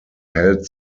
held